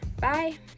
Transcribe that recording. bye